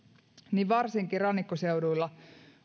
niin varsinkin rannikkoseuduilla